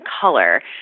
color